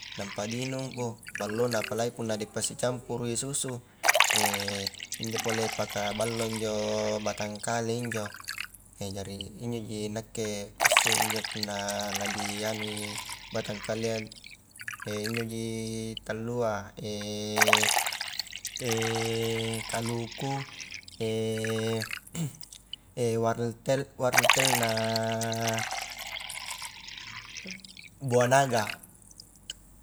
Nampa ni inung bouh ballona apalgi punna dipasi campurui susu, injo pole paka ballo injo batang kale injo, jari injoji nakke kuisse punna la di anui batang kalea, injoji tallua kaluku, wartel na buah naga.